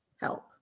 help